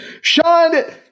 Sean